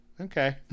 okay